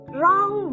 wrong